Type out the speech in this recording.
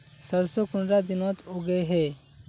सरसों कुंडा दिनोत उगैहे?